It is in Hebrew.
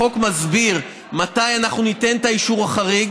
החוק מסביר מתי אנחנו ניתן את האישור החריג